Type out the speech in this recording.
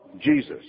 Jesus